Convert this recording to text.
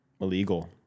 Illegal